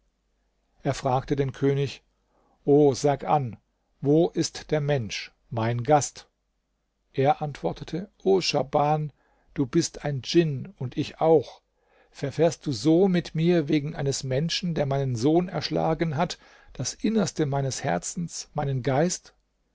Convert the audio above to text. er fragte den könig o sag an wo ist der mensch mein gast er antwortete o schahban du bist ein djinn und ich auch verfährst du so mit mir wegen eines menschen der meinen sohn erschlagen hat das innerste meines herzens meinen geist